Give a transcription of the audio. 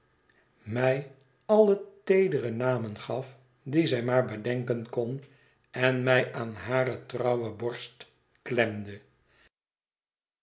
mij alle teedere namen gaf die zij maar bedenken kon en mij aan hare trouwe borst klemde